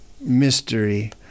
mystery